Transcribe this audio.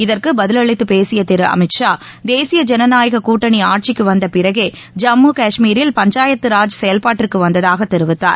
இதற்குபதில் அளித்துப்பேசியதிருஅமித் ஷா தேசிய ஜனநாயகக் கூட்டணிஆட்சிக்குவந்தபிறகே ஜம்மு காஷ்மீரில் பஞ்சாயத்து ராஜ் செயல்பாட்டிற்குவந்ததாகதெரிவித்தார்